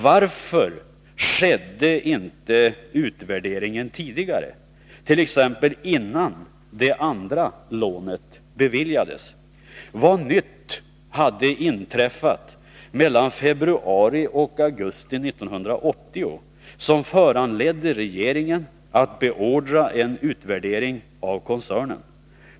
Varför skedde inte utvärderingen tidigare, t.ex. innan det andra lånet beviljades? Vad nytt hade inträffat mellan februari och augusti 1980 som föranledde regeringen att beordra en utvärdering av koncernen?